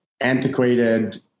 antiquated